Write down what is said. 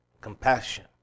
compassion